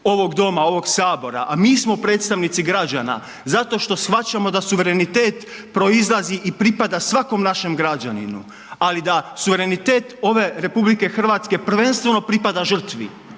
ovog Doma, ovog Sabora a mi smo predstavnici građana zato što shvaćamo da suverenitet proizlazi i pripada svakom našem građaninu ali da suverenitet ove RH prvenstveno pripada žrtvi.